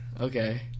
Okay